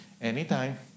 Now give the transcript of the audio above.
anytime